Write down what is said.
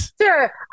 Sure